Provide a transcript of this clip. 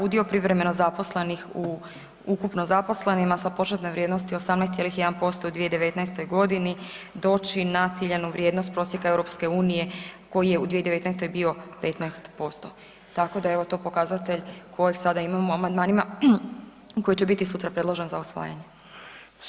Udio privremeno zaposlenih u ukupno zaposlenima sa početne vrijednosti 18,1% u 2019. godini doći na ciljanu vrijednost prosjeka EU koji je u 2019. bio 15%, tako da evo to je pokazatelj kojeg sada imamo u amandmanima koji će biti sutra predložen za usvajanje.